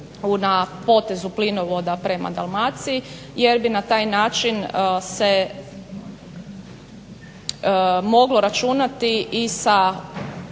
na potezu plinovoda prema Dalmaciji jer bi na taj način se moglo računati i sa